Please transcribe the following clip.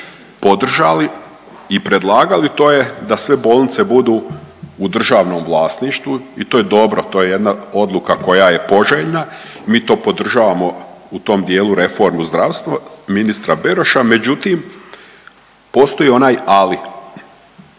podržali i predlagali to je da sve bolnice budu u državnom vlasništvu i to je dobro, to je jedna odluka koja je poželjna, mi to podržavamo u tom dijelu reformu zdravstva ministra Beroša, međutim postoji onaj ali,